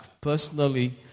personally